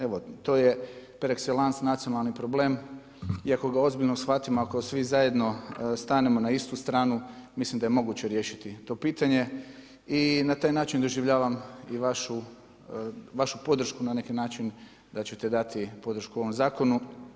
Evo to je par excellence nacionalni problem i ako ga ozbiljno shvatimo, ako svi zajedno stanemo na istu stranu mislim da je moguće riješiti to pitanje i na taj način doživljavam i vašu podršku na neki način da ćete dati podršku ovom zakonu.